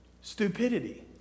stupidity